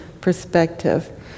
perspective